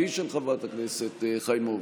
אף היא של חברת הכנסת חיימוביץ',